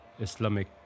Islamic